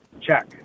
check